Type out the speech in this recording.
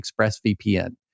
ExpressVPN